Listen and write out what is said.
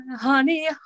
honey